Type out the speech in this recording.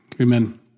amen